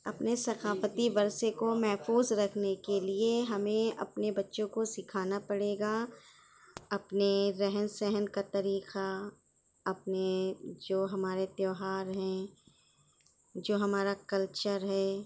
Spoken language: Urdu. اپنے ثقافتی ورثے کو محفوظ رکھنے کے لیے ہمیں اپنے بچوں کو سکھانا پڑے گا اپنے رہن سہن کا طریقہ اپنے جو ہمارے تہوار ہیں جو ہمارا کلچر ہے